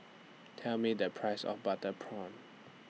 Tell Me The Price of Butter Prawn